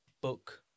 book